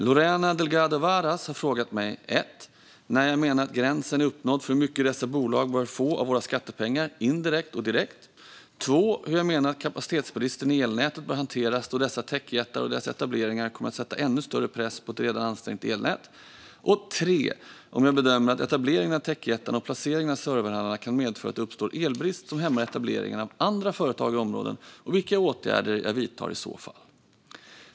Fru talman! har frågat mig när jag menar att gränsen är uppnådd för hur mycket dessa bolag bör få av våra skattepengar indirekt och direkt hur jag menar att kapacitetsbristen i elnätet bör hanteras då dessa techjättar och deras etableringar kommer att sätta ännu större press på ett redan ansträngt elnät om jag bedömer att etableringen av techjättarna och placeringen av serverhallarna kan medföra att det uppstår elbrist som hämmar etableringen av andra företag i områden samt vilka åtgärder jag i så fall vidtar.